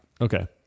Okay